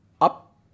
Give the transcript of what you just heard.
up